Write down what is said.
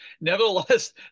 nevertheless